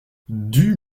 dût